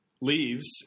leaves